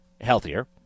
healthier